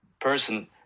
person